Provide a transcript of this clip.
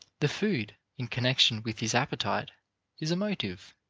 the food in connection with his appetite is a motive.